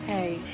Hey